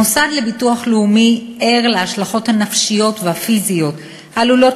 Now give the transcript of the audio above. המוסד לביטוח לאומי ער להשלכות הנפשיות והפיזיות העלולות